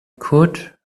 could